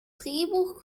drehbuch